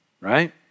Right